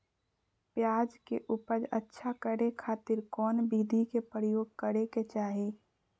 प्याज के उपज अच्छा करे खातिर कौन विधि के प्रयोग करे के चाही?